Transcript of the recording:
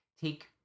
take